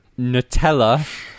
Nutella